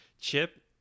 Chip